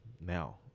now